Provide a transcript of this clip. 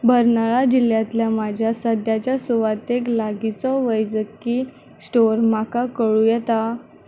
बर्नाळा जिल्ल्यांतल्या म्हज्या सद्याच्या सुवातेक लागींचो वैजकी स्टोर म्हाका कळूं येता